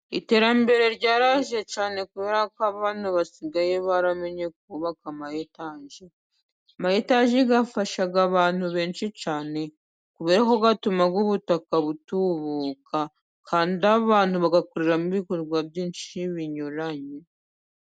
Iterambere ryaraje cyane kubera ko abantu basigaye baramenye kubaka ama etaje. Ama etaje afasha abantu benshi cyane, kubera ko atuma ubutaka butubuka, kandi abantu bayakoreramo ibikorwa byinshi binyuranye.